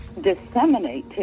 disseminate